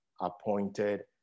appointed